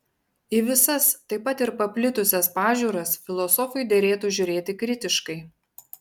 į visas taip pat ir į paplitusias pažiūras filosofui derėtų žiūrėti kritiškai